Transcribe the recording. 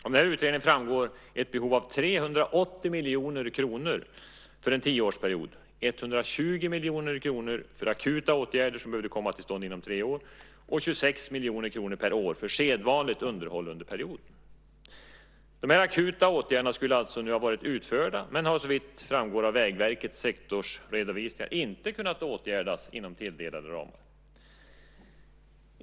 Av den här utredningen framgår att det finns behov av 380 miljoner kronor under en tioårsperiod, 120 miljoner kronor för akuta åtgärder som behöver komma till stånd inom tre år och 26 miljoner kronor per år för sedvanligt underhåll under perioden. De här akuta åtgärderna skulle alltså nu ha varit utförda, men som framgår av Vägverkets sektorsredovisningar har de inte kunnat genomföras inom tilldelade ramar.